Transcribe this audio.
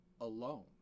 alone